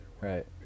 right